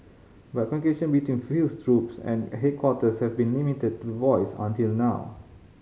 but communication between field troops and headquarters have been limited to voice until now